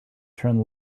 turn